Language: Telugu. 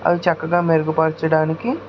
అవి చక్కగా మెరుగుపరచడానికి